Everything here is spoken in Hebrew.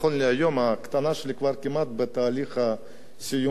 הקטנה שלי כבר כמעט בתהליך הסיום בצבא,